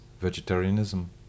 vegetarianism